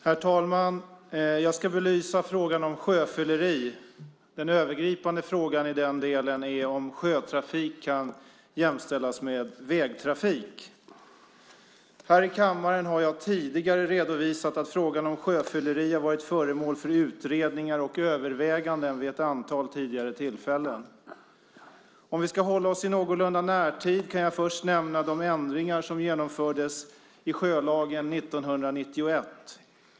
Herr talman! Jag ska belysa frågan om sjöfylleri. Den övergripande frågan i den delen är om sjötrafik kan jämställas med vägtrafik. Här i kammaren har jag tidigare redovisat att frågan om sjöfylleri har varit föremål för utredningar och överväganden vid ett antal tidigare tillfällen. Om vi någorlunda ska hålla oss till närtid kan jag först nämna de ändringar som genomfördes i sjölagen 1991.